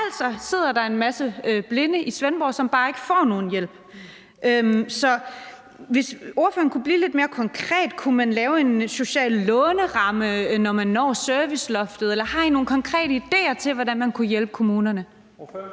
Altså sidder der en masse blinde i Svendborg, som bare ikke får nogen hjælp. Så hvis ordføreren kunne blive lidt mere konkret: Kunne man lave en social låneramme, når man når serviceloftet, eller har I nogle konkrete idéer til, hvordan man kunne hjælpe kommunerne?